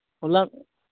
ᱦᱚᱞᱟ